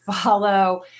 follow